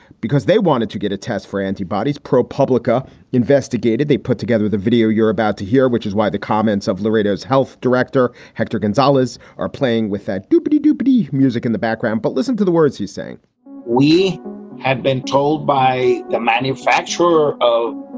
because they wanted to get a test for antibodies. propublica investigated. they put together the video you're about to hear, which is why the comments of laredo's health director, hector gonzalez, are playing with that dooby dooby music in the background. but listen to the words he's saying we had been told by the manufacturer of